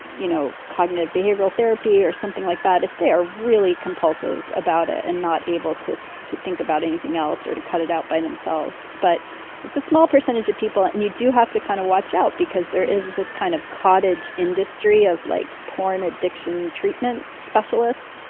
you know, cognitive behavioral therapy or something like that. if they are really compulsive about it and not able to to think about anything else or to cut it out by themselves. but it's a small percentage of people. and you do have to kind of watch out because there is this kind of cottage industry of like porn addiction treatment specialists.